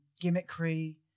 gimmickry